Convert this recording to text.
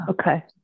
Okay